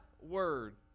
word